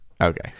Okay